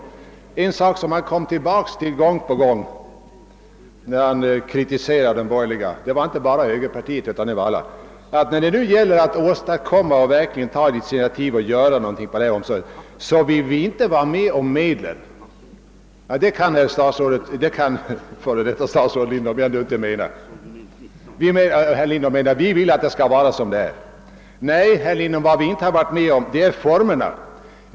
Det var en omständighet som han kom tillbaka till gång på gång när han kritiserade de borgerliga — inte bara högerpartiet, utan alla de borgerliga partierna. Han påstod att de borgerliga när det nu gäller att ta ett initiativ och göra något på detta område inte vill vara med om att bevilja medlen. Det kan herr Lindholm ändå inte mena. Herr Lindholm hävdar att vi vill att allt skall vara som det är. Nej, herr Lindholm, så är det inte. Vad vi inte velat vara med om är formerna.